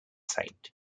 saint